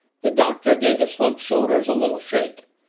the doctor gave the slumped shoulders a little shake.